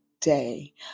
day